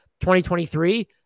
2023